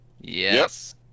yes